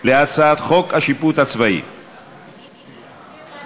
על הצעת חוק השיפוט הצבאי (תיקון מס'